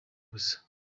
gusa